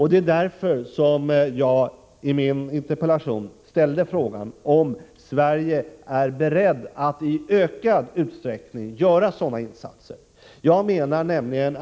Det är därför jag i min interpellation ställde frågan om Sverige är berett att i ökad utsträckning göra sådana insatser.